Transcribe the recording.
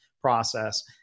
process